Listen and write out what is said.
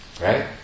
Right